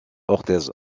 orthez